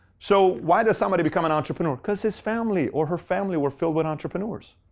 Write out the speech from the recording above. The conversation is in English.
so why does somebody become an entrepreneur. because his family or her family were filled with entrepreneurs.